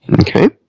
Okay